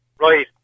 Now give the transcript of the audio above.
Right